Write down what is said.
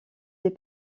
des